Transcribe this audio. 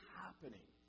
happening